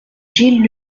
gilles